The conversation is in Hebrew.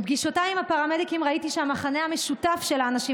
בפגישותיי עם הפרמדיקים ראיתי שהמכנה המשותף של האנשים